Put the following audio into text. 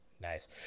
Nice